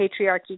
patriarchy